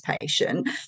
patient